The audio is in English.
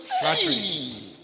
flatteries